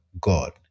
God